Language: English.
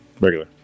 regular